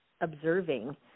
observing